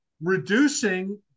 reducing